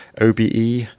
OBE